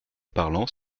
parlant